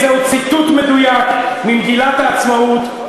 זהו ציטוט מדויק ממגילת העצמאות,